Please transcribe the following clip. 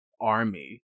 army